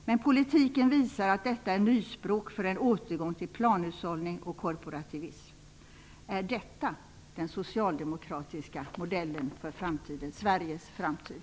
Men politiken visar att detta är nyspråk för en återgång till planhushållning och korporativism. Är detta den socialdemokratiska modellen för framtiden när det gäller Sveriges framtid?